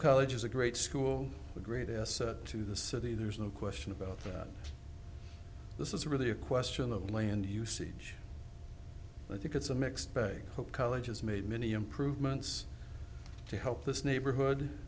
college is a great school a great asset to the city there's no question about that this is really a question of land usage i think it's a mixed bag of colleges made many improvements to help this neighborhood